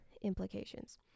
implications